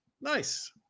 Nice